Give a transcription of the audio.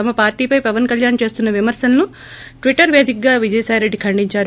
తమ పార్టీపై పవన్ కల్యాణ్ చేస్తున్న విమర్శలను ట్విటర్ వేదికగా విజయసాయిరెడ్డి ఖండించారు